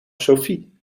sofie